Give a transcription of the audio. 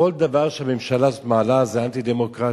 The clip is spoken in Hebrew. כל דבר שהממשלה הזו מעלה זה אנטי-דמוקרטי,